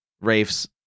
Rafe's